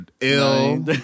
ill